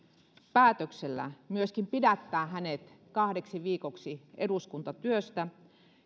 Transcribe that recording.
päätöksellä myöskin pidättää hänet kahdeksi viikoksi eduskuntatyöstä